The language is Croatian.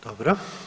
Dobro.